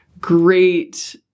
great